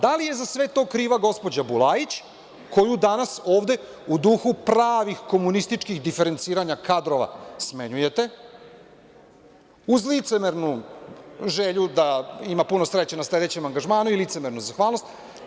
Da li je za to sve kriva gospođa Bulajić, koju danas ovde, u duhu pravih komunističkih diferenciranja kadrova, smenjujete, uz licemernu želju da ima puno sreće na sledećem angažmanu i licemernu zahvalnost?